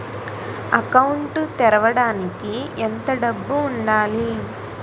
Account తెరవడానికి ఎంత డబ్బు ఉండాలి?